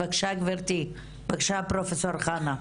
בבקשה גבירתי, בבקשה פרופסור חנה.